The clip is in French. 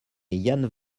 yann